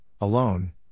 alone